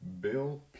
Bill